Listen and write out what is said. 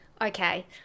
Okay